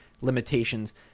limitations